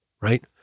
right